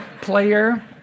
player